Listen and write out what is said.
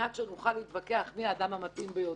מנת שנוכל להתווכח מי האדם המתאים ביותר,